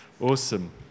Awesome